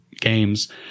games